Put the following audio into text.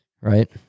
Right